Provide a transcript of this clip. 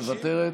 מוותרת,